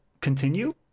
continue